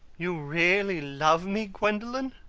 you really love me, gwendolen?